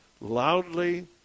loudly